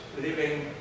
living